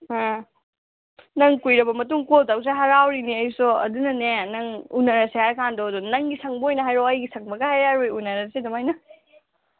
ꯑꯥ ꯅꯪ ꯀꯨꯏꯔꯕ ꯃꯇꯨꯡ ꯀꯣꯜ ꯇꯧꯕꯁꯦ ꯍꯥꯔꯥꯎꯔꯤꯅꯦ ꯑꯩꯁꯨ ꯑꯗꯨꯅꯅꯦ ꯅꯪ ꯎꯟꯅꯔꯁꯦ ꯍꯥꯏ ꯀꯥꯟꯗꯣ ꯑꯗꯨꯗ ꯅꯪꯒꯤ ꯁꯪꯕ ꯑꯣꯏꯅ ꯍꯥꯏꯔꯛꯑꯣ ꯑꯩꯒꯤ ꯁꯪꯕꯒ ꯍꯥꯏꯔꯛꯑꯔꯣꯏ ꯎꯟꯅꯔꯁꯤ ꯑꯗꯨꯃꯥꯏꯅ